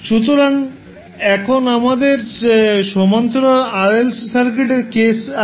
সুতরাং এখন আমাদের সমান্তরাল RLC সার্কিটের কেস আছে